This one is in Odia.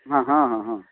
ହଁ ହଁ ହଁ ହଁ